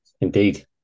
Indeed